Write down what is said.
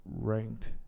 ranked